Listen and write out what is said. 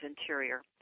Interior